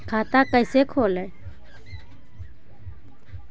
खाता कैसे खोले?